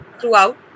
throughout